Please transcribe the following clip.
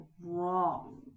wrong